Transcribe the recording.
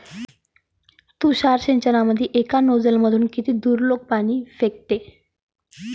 तुषार सिंचनमंदी एका नोजल मधून किती दुरलोक पाणी फेकते?